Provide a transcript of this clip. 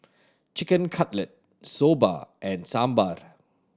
Chicken Cutlet Soba and Sambar